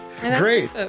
Great